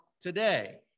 today